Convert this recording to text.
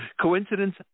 Coincidence